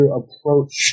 approach